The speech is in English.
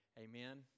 Amen